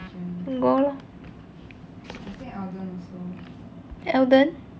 go lor eldon